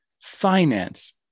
finance